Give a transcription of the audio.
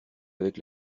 avec